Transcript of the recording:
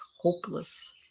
hopeless